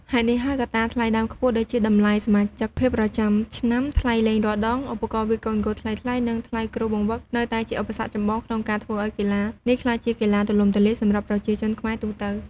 ហេតុនេះហើយ កត្តា ថ្លៃដើមខ្ពស់ ដូចជាតម្លៃសមាជិកភាពប្រចាំឆ្នាំ ថ្លៃលេងរាល់ដង ឧបករណ៍វាយកូនហ្គោលថ្លៃៗ និងថ្លៃគ្រូបង្វឹក នៅតែជាឧបសគ្គចម្បងក្នុងការធ្វើឲ្យកីឡានេះក្លាយជាកីឡាទូលំទូលាយសម្រាប់ប្រជាជនខ្មែរទូទៅ។